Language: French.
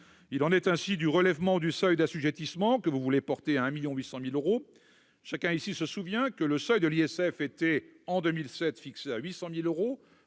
Il en est ainsi du relèvement du seuil d'assujettissement, que vous voulez porter à 1,8 million d'euros. Chacun ici se souvient que le seuil d'assujettissement à l'ISF était, avant 2007, fixé à 800 000 euros